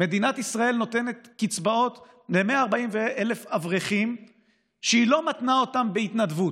מדינת ישראל נותנת קצבאות ל-140,000 אברכים שהיא לא מתנה אותן בהתנדבות.